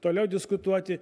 toliau diskutuoti